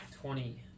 Twenty